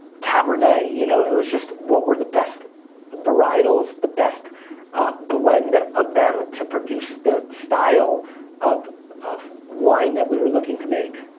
cabernet, you know, it was just, what were the best varietals, the best blend of them to produce the style of of wine that we were looking to make.